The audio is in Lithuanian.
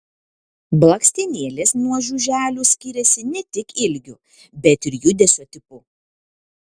blakstienėlės nuo žiuželių skiriasi ne tik ilgiu bet ir judesio tipu